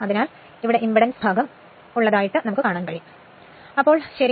അതിനാൽ അതുകൊണ്ടാണ് ഇംപെഡൻസ് ഭാഗം ഉള്ളത് ഇപ്പോൾ ശരി